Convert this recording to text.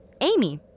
Amy